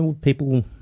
people